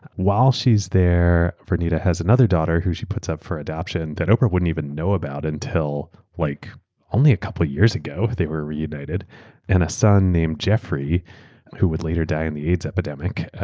while sheaeurs there, vernita had another daughter who she put up for adoption that oprah wouldn't even know about until like only a couple of years ago they were reunited and a son named jeffrey who would later die in the aids epidemic.